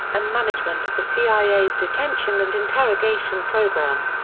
and management of the cia's detention and interrogation program.